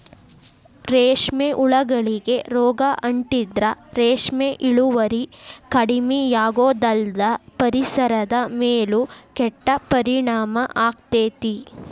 ರೇಷ್ಮೆ ಹುಳಗಳಿಗೆ ರೋಗ ಅಂಟಿದ್ರ ರೇಷ್ಮೆ ಇಳುವರಿ ಕಡಿಮಿಯಾಗೋದಲ್ದ ಪರಿಸರದ ಮೇಲೂ ಕೆಟ್ಟ ಪರಿಣಾಮ ಆಗ್ತೇತಿ